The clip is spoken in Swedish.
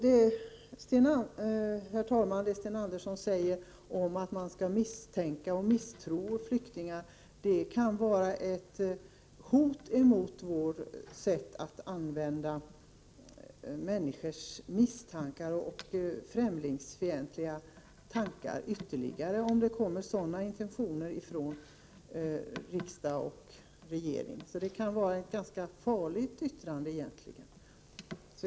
Herr talman! Sten Andersson i Malmö uttalade att man måste misstänka eller misstro flyktingar, men har riksdagen och regeringen en sådan inställning skulle det kunna öka människors misstankar och främlingsfientlighet. Så Sten Anderssons yttrande kan egentligen vara ganska farligt.